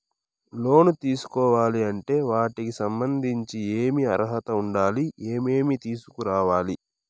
లోను తీసుకోవాలి అంటే వాటికి సంబంధించి ఏమి అర్హత ఉండాలి, ఏమేమి తీసుకురావాలి